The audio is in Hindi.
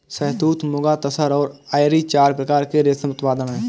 शहतूत, मुगा, तसर और एरी चार प्रकार के रेशम उत्पादन हैं